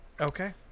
Okay